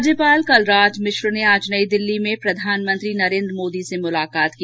राज्यपाल कलराज मिश्र ने आज नई दिल्ली में प्रधानमंत्री नरेन्द्र मोदी से मुलाकात की